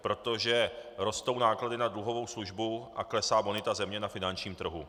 Protože rostou náklady na dluhovou službu a klesá bonita země na finančním trhu.